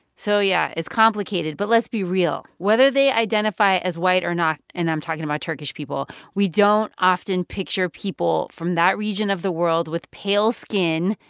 so yeah, it's complicated. but let's be real. whether they identify as white or not and i'm talking about turkish people we don't often picture people from that region of the world with pale skin,